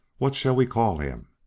what shall we call him?